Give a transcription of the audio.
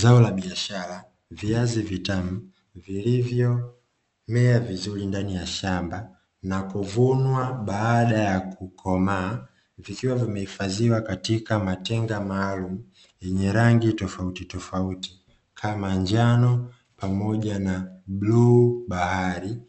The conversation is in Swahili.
Zao la biashara, viazi vitamu vilivyomea vizuri ndani ya shamba na kuvunwa baada ya kukomaa vikiwa vimehifadhiwa katika matenga maalumu, yenye rangi tofauti tofauti kama njano pamoja na blue bahari